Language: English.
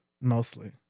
mostly